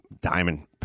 diamond